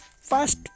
first